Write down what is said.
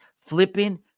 flipping